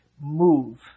move